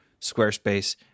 Squarespace